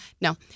No